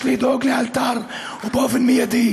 יש לדאוג לאלתר ובאופן מיידי,